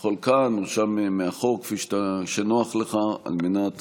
אתה יכול כאן או שם מאחור, כפי שנוח לך, על מנת